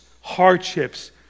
hardships